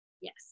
Yes